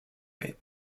rape